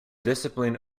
discipline